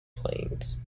planes